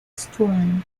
storm